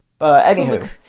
anywho